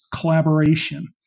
collaboration